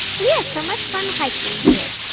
we had so much fun hiking here.